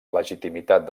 legitimitat